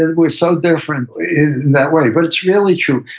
and we're so different in that way but it's really true.